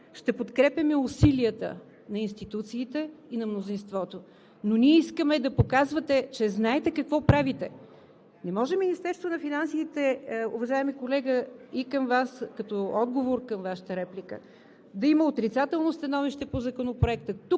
ще подкрепяме усилията на институциите и на мнозинството. Но ние искаме да показвате, че знаете какво правите. Не може Министерството на финансите, уважаеми колега – към Вас като отговор на Вашата реплика, да има отрицателно становище по Законопроекта,